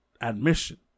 admission